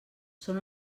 són